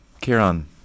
Kieran